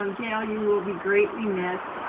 um dale, you will be greatly missed.